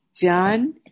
done